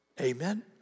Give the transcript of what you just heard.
Amen